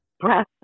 breath